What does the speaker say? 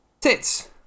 Tits